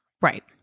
Right